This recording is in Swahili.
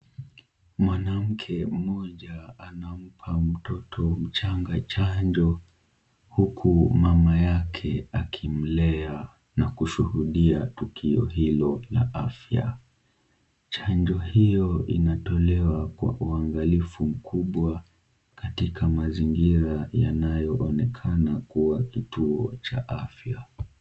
Mwanamke mmoja anampa mtoto mchanga chanjo huku mama yake akimlea na kushuhudia tukio hilo la afya. Chanjo hiyo inatolewa kwa uangalifu mkubwa katika mazingira yanayoonekana kuwa kituo cha afya.